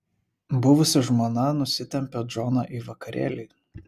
buvusi žmona nusitempia džoną į vakarėlį